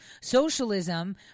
socialism